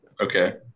Okay